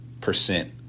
percent